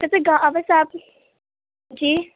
ویسے گا جی